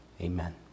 Amen